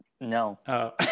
No